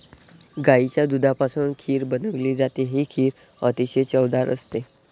गाईच्या दुधापासून खीर बनवली जाते, ही खीर अतिशय चवदार असते